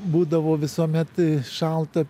būdavo visuomet šalta